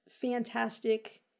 fantastic –